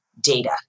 data